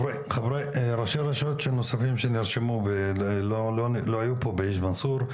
ראשי רשויות נוספים שנרשמו ולא היו פה: בהיג' מנסור,